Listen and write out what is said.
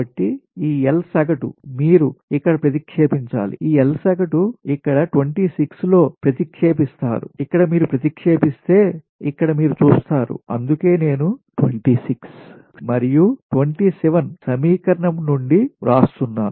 కాబట్టి ఈ L సగటు మీరు ఇక్కడ ప్రతిక్షేపించాలి ఈ L సగటు ఇక్కడ 26 లో ప్రతిక్షేపిస్స్తారు ఇక్కడ మీరుప్రతిక్షేపిస్తే ఇక్కడ మీరు చూస్తారు అందుకే నేను 26 మరియు 27 సమీకరణం నుండి వ్రాస్తున్నాను